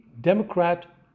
Democrat